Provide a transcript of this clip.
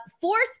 fourth